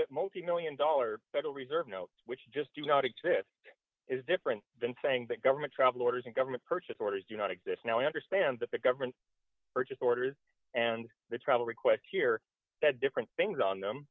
that multimillion dollar federal reserve notes which just do not exist is different than saying that government travel orders and government purchase orders do not exist now i understand that the government purchase orders and the travel request here that different things on them